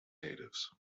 natives